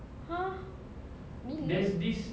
!huh! million